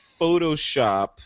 Photoshop